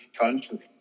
country